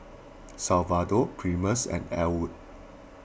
Salvador Primus and Ellwood